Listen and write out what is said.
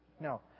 No